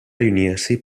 riunirsi